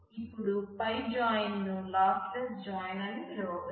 ఇపుడు నేను జాయిన్ అని పిలవచ్చు